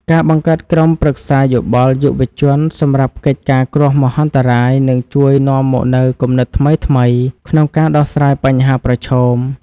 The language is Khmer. ការបង្កើតក្រុមប្រឹក្សាយោបល់យុវជនសម្រាប់កិច្ចការគ្រោះមហន្តរាយនឹងជួយនាំមកនូវគំនិតថ្មីៗក្នុងការដោះស្រាយបញ្ហាប្រឈម។